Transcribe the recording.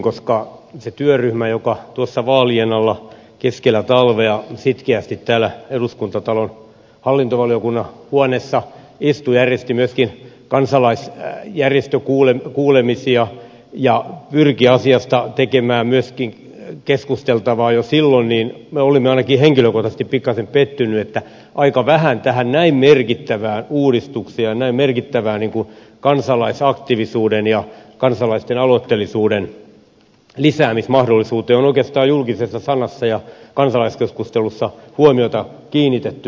koska se työryhmä joka tuossa vaalien alla keskellä talvea sitkeästi täällä eduskuntatalon hallintovaliokunnan huoneessa istui järjesti myöskin kansalaisjärjestökuulemisia ja pyrki asiasta tekemään myöskin keskusteltavaa jo silloin niin me olimme ainakin henkilökohtaisesti pikkasen pettyneitä että aika vähän tähän näin merkittävään uudistukseen ja näin merkittävään kansalaisaktiivisuuden ja kansalaisten aloitteellisuuden lisäämismahdollisuuteen on oikeastaan julkisessa sanassa ja kansalaiskeskustelussa huomioita kiinnitetty